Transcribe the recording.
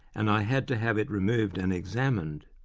and i had to have it removed and examined.